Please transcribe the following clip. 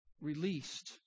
released